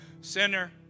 sinner